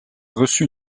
reçut